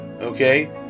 okay